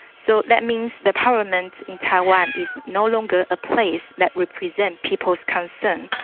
so that means the parliament in taiwan is no longer a place that represents people's concerns,